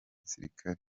gisirikare